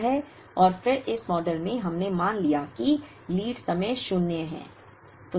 और फिर इस मॉडल में हमने मान लिया है कि लीड समय शून्य है